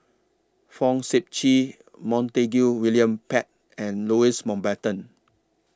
Fong Sip Chee Montague William Pett and Louis Mountbatten